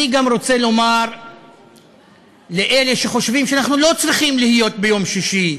אני גם רוצה לומר לאלה שחושבים שאנחנו לא צריכים להיות ביום שישי,